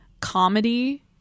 comedy